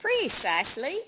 Precisely